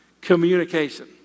communication